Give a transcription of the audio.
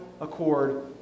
accord